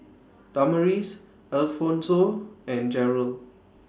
Damaris Alphonso and Jerald